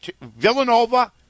Villanova